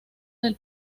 del